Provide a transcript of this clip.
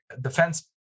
defense